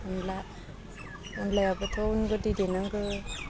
अनला अनलायाबोथ' अन गुन्दै देनांगौ